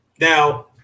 Now